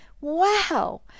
Wow